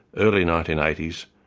early nineteen eighty s,